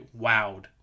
wowed